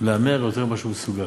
להמר על יותר ממה שהוא מסוגל.